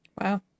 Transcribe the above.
Wow